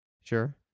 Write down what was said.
Sure